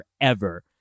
forever